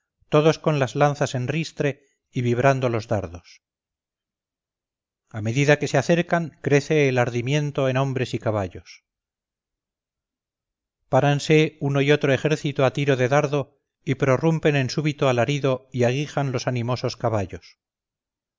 todos con las lanzas en ristre y vibrando los dardos a medida que se acercan crece el ardimiento en hombres y caballos páranse uno y otro ejército a tiro de dardo y prorrumpen en súbito alarido y aguijan los animosos caballos